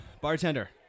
Bartender